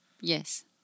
Yes